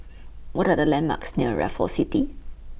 What Are The landmarks near Raffles City